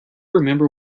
remember